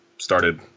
started